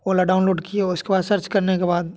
ओला download किए उसके बाद सर्च करने के बाद